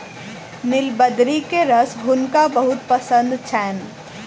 नीलबदरी के रस हुनका बहुत पसंद छैन